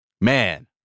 Man